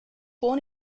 born